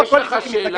יש לך שאלה?